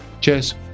Cheers